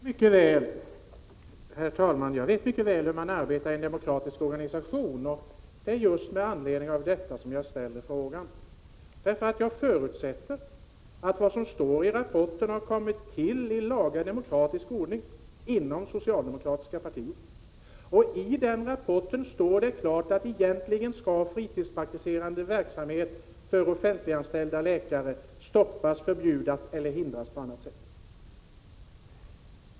Prot. 1986/87:61 Herr talman! Jag vet mycket väl hur man arbetar i en demokratisk 29 januari 1987 organisation. Det är också just med anledning härav som jag ställer min Jag förutsätter att vad som står i rapporten har kommit till i laga demokratisk ordning inom det socialdemokratiska partiet. I rapporten står det klart att egentligen skall fritidspraktikverksamhet för offentliganställda läkare stoppas, förbjudas eller hindras på annat sätt.